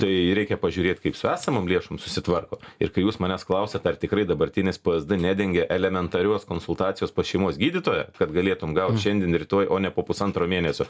tai reikia pažiūrėt kaip su esamom lėšom susitvarko ir kai jūs manęs klausiat ar tikrai dabartinis psd nedengia elementarios konsultacijos pas šeimos gydytoją kad galėtum gaut šiandien rytoj o ne po pusantro mėnesio